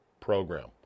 program